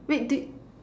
wait did